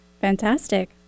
Fantastic